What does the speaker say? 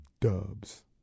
Dubs